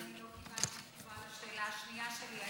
לא קיבלתי תשובה על שאלה השנייה שלי.